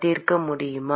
தீர்க்க முடியுமா